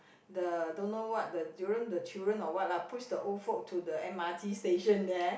the don't know what the children the children or what lah push the old folk to the m_r_t station there